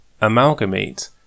Amalgamate